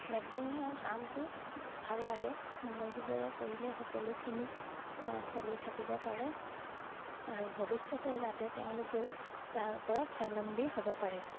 মেচিনৰ কামটো ভাল লাগে মনোযোগেৰে কৰিলে সকলোখিনি চলি থাকিব পাৰে আৰু ভৱিষ্যতে যাতে তেওঁলোকেও তাৰ ওপৰত স্বাৱলম্বী হ'ব পাৰে